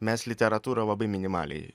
mes literatūrą labai minimaliai